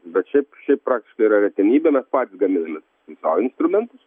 bet šiaip šiaip praktiškai yra retenybė mes patys gaminamės sau instrumentus